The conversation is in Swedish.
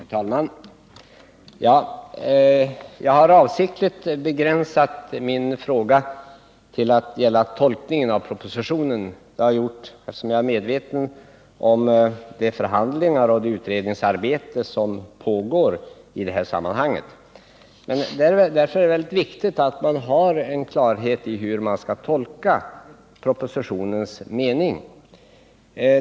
Herr talman! Jag har avsiktligt begränsat min fråga till att gälla tolkningen av propositionen, eftersom jag är medveten om de förhandlingar och det utredningsarbete som pågår i det här sammanhanget. Men därför är det väldigt viktigt att man får klarhet i hur man skall tolka propositionens mening.